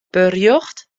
berjocht